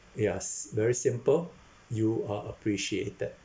yes very simple you are appreciated